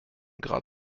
grad